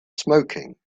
smoking